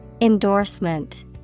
Endorsement